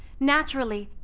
naturally,